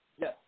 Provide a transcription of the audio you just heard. Yes